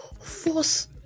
force